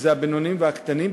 שזה הבינוניים והקטנים,